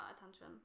attention